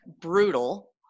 brutal